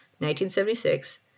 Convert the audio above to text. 1976